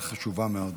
אכן חשובה מאוד.